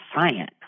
science